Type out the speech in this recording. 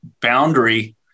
boundary